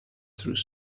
through